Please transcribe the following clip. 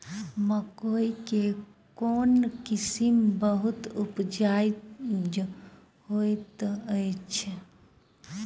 मकई केँ कोण किसिम बहुत उपजाउ होए तऽ अछि?